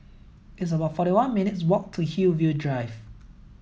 it's about forty one minutes' walk to Hillview Drive